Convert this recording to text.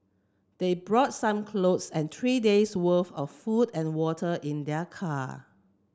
they brought some clothes and three days worth of food and water in their car